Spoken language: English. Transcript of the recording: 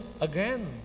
again